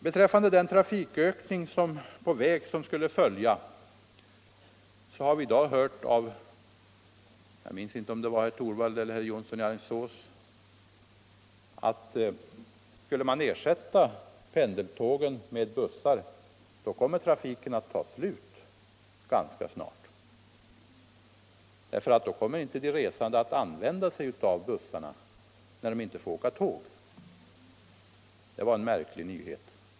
Beträffande den trafikökning på väg som skulle bli följden om pendeltågen ersattes med bussar har vi i dag hört av herr Jonsson i Alingsås att om man ersätter pendeltågen med bussar, tar trafiken slut ganska snart därför att de resande inte kommer att åka kollektivt om de inte får åka tåg. Det var en märklig nyhet.